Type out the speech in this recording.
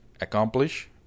accomplish